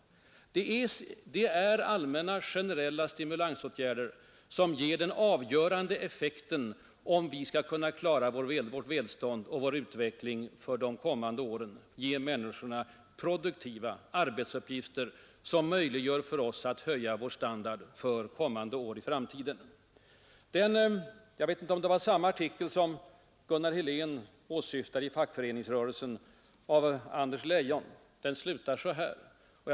Det är allmänna, generella stimulansåtgärder som ger den avgörande effekten, om vi skall kunna klara vårt välstånd och vår utveckling för de kommande åren och ge människorna produktiva arbetsuppgifter, som möjliggör för oss att höja vår standard. En artikel i Fackföreningsrörelsen av Anders Leion — jag vet inte om det är samma artikel som Gunnar Helén syftade på — slutar på följande sätt.